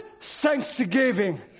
thanksgiving